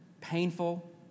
painful